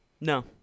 No